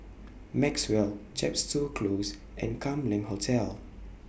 Maxwell Chepstow Close and Kam Leng Hotel